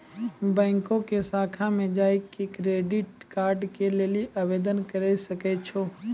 बैंको के शाखा मे जाय के क्रेडिट कार्ड के लेली आवेदन करे सकै छो